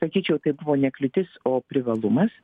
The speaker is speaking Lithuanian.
sakyčiau tai buvo ne kliūtis o privalumas